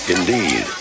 Indeed